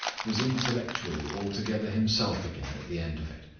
was intellectually altogether himself again at the end of it.